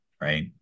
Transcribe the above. right